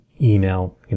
email